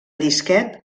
disquet